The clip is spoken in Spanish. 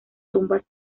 tumbas